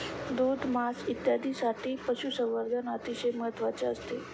दूध, मांस इत्यादींसाठी पशुसंवर्धन अतिशय महत्त्वाचे असते